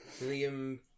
William